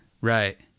right